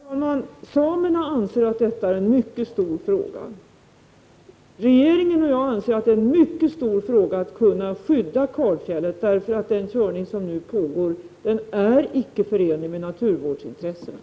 Herr talman! Samerna anser att detta är en mycket stor fråga. Regeringen och jag anser att det är en mycket stor fråga att kunna skydda kalfjället — den körning som nu pågår är icke förenlig med naturvårdsintressena.